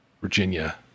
Virginia